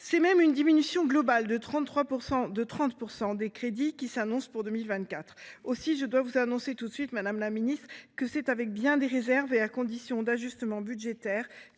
connaît même une diminution globale de 30 % de ses crédits pour 2024. Aussi, je dois vous annoncer tout de suite, madame la ministre, que c’est avec bien des réserves, et sous condition d’ajustements budgétaires,